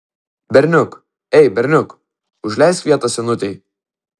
berniuk ei berniuk užleisk vietą senutei